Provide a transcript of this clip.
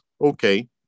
okay